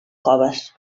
coves